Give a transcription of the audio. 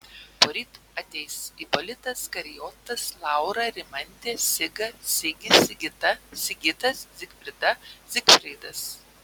poryt ateis ipolitas karijotas laura rimantė siga sigis sigita sigitas zigfrida zygfridas